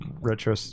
retro